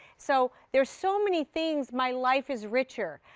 so there are so many things. my life is richer.